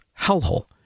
hellhole